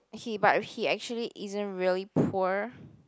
he but he actually isn't really poor